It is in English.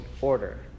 order